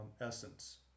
essence